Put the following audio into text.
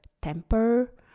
temper